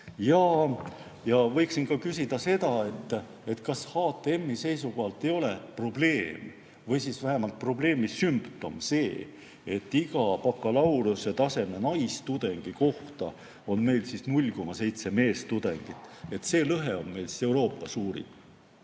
Ja võiksin küsida seda, kas HTM‑i seisukohalt ei ole probleem või siis vähemalt probleemi sümptom see, et iga bakalaureusetaseme naistudengi kohta on meil 0,7 meestudengit. See lõhe on meil Euroopa suurim.